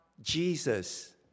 Jesus